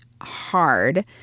hard